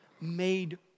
Made